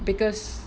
because